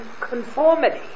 conformity